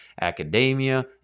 academia